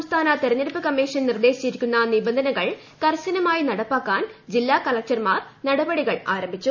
സംസ്ഥാന തിരഞ്ഞെടുപ്പു കമ്മീഷൻ ് നിർദ്ദേശിച്ചിരിക്കുന്ന നിബന്ധനകൾ കർശനമായി നടപ്പാട്ക്കാൻ ജില്ലാ കളക്ടർമാർ നടപടികളാരംഭിച്ചു